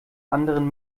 anderen